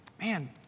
man